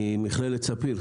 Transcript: ממכללת ספיר,